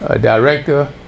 director